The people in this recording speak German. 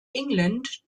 england